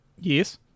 Yes